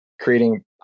creating